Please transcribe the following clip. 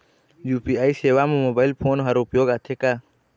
UPI सेवा म mobile phone हर उपयोग आथे का?